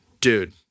dude